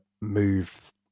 move